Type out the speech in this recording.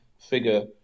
figure